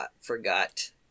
forgot